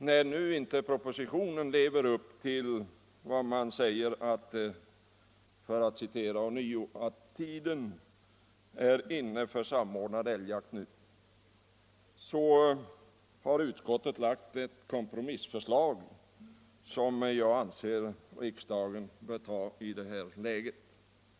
När nu inte propositionen lever upp till uttalandet att tiden är inne för samordnad älgjakt, så har utskottet lagt ett kompromissförslag som jag anser att riksdagen bör anta i detta läge.